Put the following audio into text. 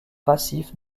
passif